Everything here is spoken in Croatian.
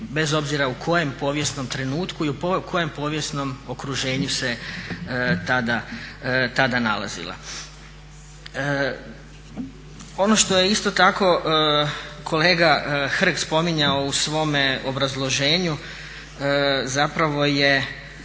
bez obzira u kojem povijesnom trenutku i u kojem povijesnom okruženju se tada nalazile. Ono što je isto tako kolega Hrg spominjao u svome obrazloženju je da se